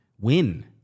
win